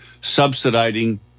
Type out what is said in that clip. subsidizing